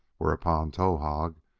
whereupon towahg,